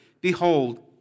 Behold